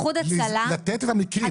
לתת את המקרים.